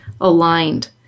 aligned